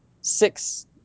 six